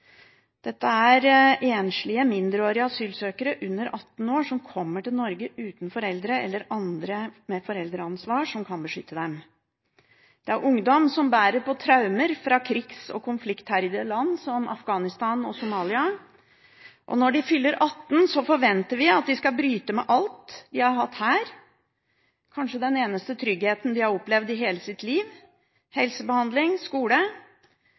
Dette er enslige mindreårige asylsøkere under 18 år som kommer til Norge uten foreldre eller andre med foreldreansvar som kan beskytte dem. Det er ungdom som bærer på traumer fra krigs- og konfliktherjede land, som Afghanistan og Somalia. Når de fyller 18 år, forventer vi at de skal bryte med alt de har hatt her – kanskje den eneste tryggheten de har opplevd i hele sitt liv, helsebehandling, skole